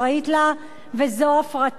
וזו הפרטת עובדים.